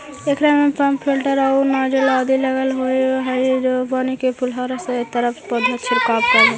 एकरा में pump filter आउ नॉजिल आदि लगल होवऽ हई जे पानी के फुहारा के तरह पौधा पर छिड़काव करऽ हइ